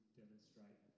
demonstrate